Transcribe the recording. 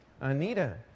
Anita